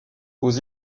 aux